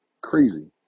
crazy